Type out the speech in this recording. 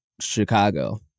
Chicago